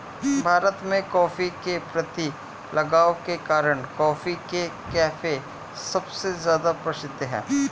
भारत में, कॉफ़ी के प्रति लगाव के कारण, कॉफी के कैफ़े सबसे ज्यादा प्रसिद्ध है